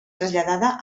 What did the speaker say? traslladada